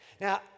Now